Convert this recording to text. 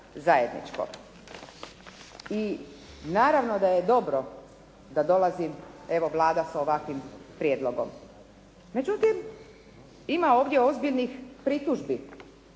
I naravno da je dobro da dolazi evo Vlada sa ovakvim prijedlogom. Međutim, ima ovdje ozbiljnih pritužbi